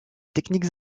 techniques